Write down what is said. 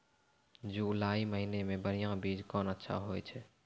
जुलाई महीने मे बढ़िया बीज कौन अच्छा होय छै?